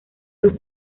sus